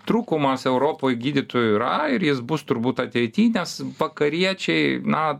trūkumas europoj gydytojų yra ir jis bus turbūt ateity nes vakariečiai na